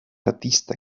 artista